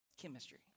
chemistry